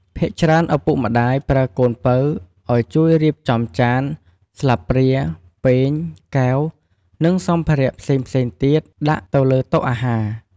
ភាគច្រើនឪពុកម្ដាយប្រើកូនពៅ ឲ្យជួយរៀបចំចាន ស្លាបព្រា ពែង កែវ និងសម្ភារៈផ្សេងៗទៀតដាក់ទៅលើតុអាហារ។